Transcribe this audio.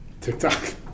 TikTok